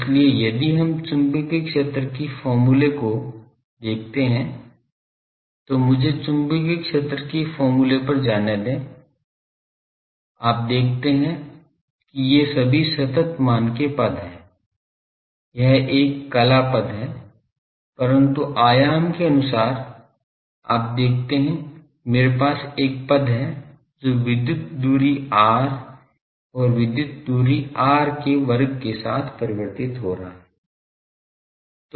इसलिए यदि हम चुंबकीय क्षेत्र की फॉर्मूले को देखते हैं तो मुझे चुंबकीय क्षेत्र की फॉर्मूले पर जाने दें आप देखते हैं कि ये सभी सतत मान के पद हैं यह एक कला पद है परन्तु आयाम के अनुसार आप देखते हैं मेरे पास एक पद है जो विद्युत दूरी r और विद्युत दूरी r के वर्ग के साथ परिवर्तित हो रहा है